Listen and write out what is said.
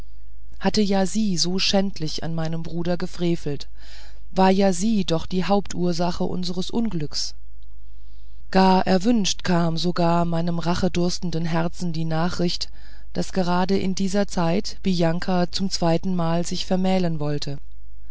hatte ja sie so schändlich an meinem bruder gefrevelt war ja sie doch die hauptursache unseres unglücks gar erwünscht kam sogar meinem rachedurstenden herzen die nachricht daß gerade in dieser zeit bianka zum zweitenmal sich vermählen wollte